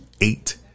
eight